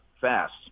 fast